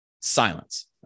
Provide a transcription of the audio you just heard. silence